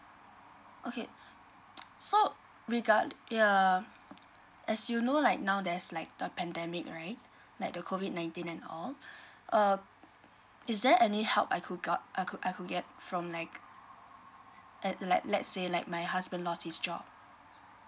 okay so regard ya as you know like now there's like a pandemic right like the COVID nineteen and all uh is there any help I could got I could I could get from like at like let's say like my husband lost his job